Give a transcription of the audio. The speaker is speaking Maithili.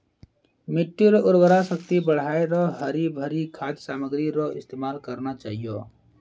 मिट्टी रो उर्वरा शक्ति बढ़ाएं रो हरी भरी खाद सामग्री रो इस्तेमाल करना चाहियो